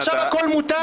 עכשיו הכול מותר?